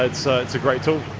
ah it's ah it's a great tool.